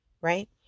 right